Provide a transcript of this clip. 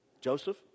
Joseph